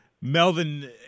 Melvin